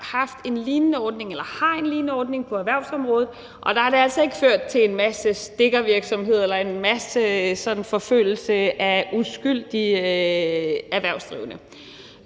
Men jeg kan forstå, at man jo har en lignende ordning på erhvervsområdet, og der har det altså ikke ført til en masse tilfælde af stikkervirksomhed eller forfølgelse af uskyldige erhvervsdrivende.